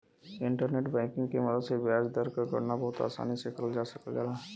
internet banking के मदद से ब्याज दर क गणना बहुत आसानी से करल जा सकल जाला